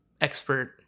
expert